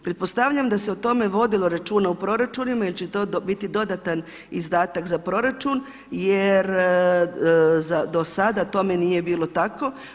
Pretpostavljam da se o tome vodilo računa u proračunima jer će to biti dodatan izdatak za proračun jer do sada tome nije bilo tako.